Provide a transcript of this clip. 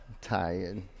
tired